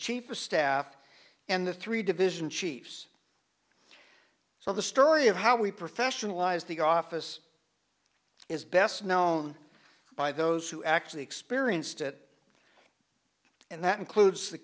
chief of staff and the three division chiefs so the story of how we professionalized the office is best known by those who actually experienced it and that includes the